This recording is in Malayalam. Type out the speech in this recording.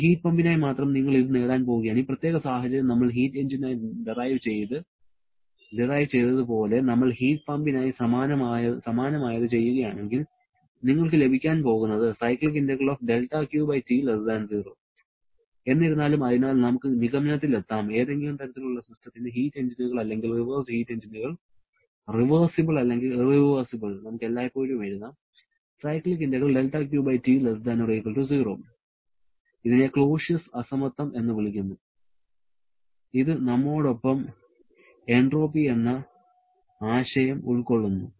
ഒരു ഹീറ്റ് പമ്പിനായി മാത്രം നിങ്ങൾ ഇത് നേടാൻ പോകുകയാണ് ഈ പ്രത്യേക സാഹചര്യം നമ്മൾ ഹീറ്റ് എഞ്ചിനായി ഡിറൈവ് ചെയ്തത് പോലെ നമ്മൾ ഹീറ്റ് പമ്പിനായി സമാനമായത് ചെയ്യുകയാണെങ്കിൽ നിങ്ങൾക്ക് ലഭിക്കാൻ പോകുന്നത് എന്നിരുന്നാലും അതിനാൽ നമുക്ക് നിഗമനത്തിൽ എത്താം ഏതെങ്കിലും തരത്തിലുള്ള സിസ്റ്റത്തിന് ഹീറ്റ് എഞ്ചിനുകൾ അല്ലെങ്കിൽ റിവേഴ്സ്ഡ് ഹീറ്റ് എഞ്ചിനുകൾ റിവേഴ്സിബിൾ അല്ലെങ്കിൽ ഇറവെർസിബിൾ നമുക്ക് എല്ലായ്പ്പോഴും എഴുതാം ഇതിനെ ക്ലോസിയസ് അസമത്വം എന്ന് വിളിക്കുന്നു ഇത് നമ്മോടൊപ്പം എൻട്രോപ്പി എന്ന ആശയം ഉൾക്കൊള്ളുന്നു